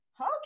Okay